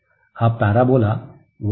हा parabola y आहे